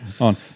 on